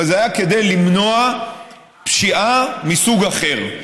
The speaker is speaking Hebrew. אבל זה היה כדי למנוע פשיעה מסוג אחר,